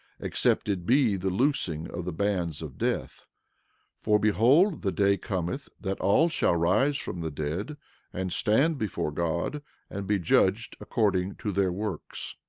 except it be the loosing of the bands of death for behold, the day cometh that all shall rise from the dead and stand before god, and be judged according to their works.